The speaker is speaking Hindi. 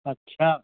अच्छा